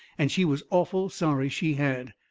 and she was awful sorry she had.